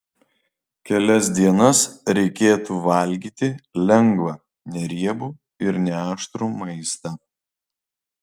kelias dienas reikėtų valgyti lengvą neriebų ir neaštrų maistą